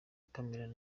pamela